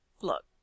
look